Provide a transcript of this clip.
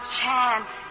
chance